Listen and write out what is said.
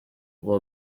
will